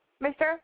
Mister